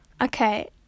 Okay